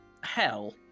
Hell